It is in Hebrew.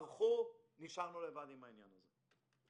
ברחו ונשארנו לבד עם העניין הזה.